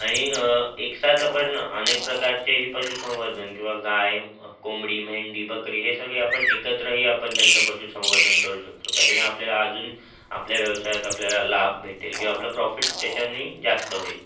आणि एक साथ आपण अनेक प्रकारचेही पशुसंवर्धन किंवा गाय कोंबडी मेंढी बकरी हे सगळे आपण एकत्रही आपण त्यांच्यापासून संवर्धन करू शकतो त्याच्याने आपल्याला अजून आपल्या व्यवसायात आपल्याला लाभ भेटेल किंवा आपलं प्रॉफिट त्याच्यानी जास्त होईल